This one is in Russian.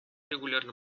регулярно